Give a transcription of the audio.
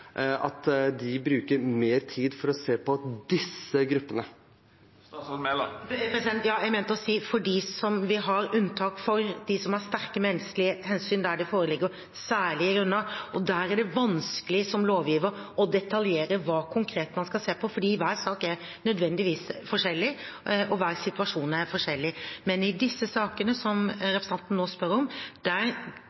disse gruppene? Ja, jeg mente å si for dem vi har unntak for, der det er sterke menneskelige hensyn, der det foreligger særlige grunner. Der er det vanskelig som lovgiver å detaljere hva man konkret skal se på, for hver sak er nødvendigvis forskjellig, og hver situasjon er forskjellig. Men i disse sakene som